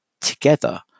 together